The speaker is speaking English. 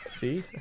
See